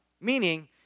Meaning